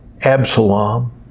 Absalom